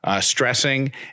stressing